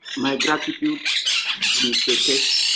my gratitude to mr keshe,